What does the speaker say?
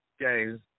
games